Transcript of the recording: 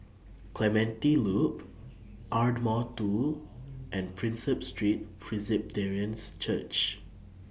Clementi Loop Ardmore two and Prinsep Street Presbyterians Church